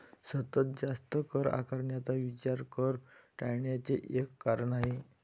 सतत जास्त कर आकारण्याचा विचार कर टाळण्याचे एक कारण आहे